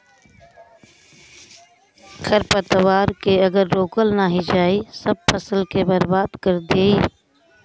खरपतवार के अगर रोकल नाही जाई सब फसल के बर्बाद कर देई